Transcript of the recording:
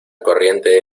corriente